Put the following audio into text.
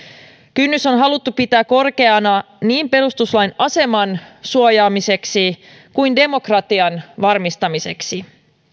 kynnys on haluttu pitää korkeana niin perustuslain aseman suojaamiseksi kuin demokratian varmistamiseksi